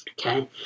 Okay